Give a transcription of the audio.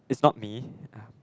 is not me